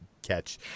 catch